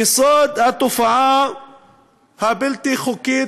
יסוד התופעה הבלתי-חוקית,